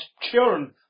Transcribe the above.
children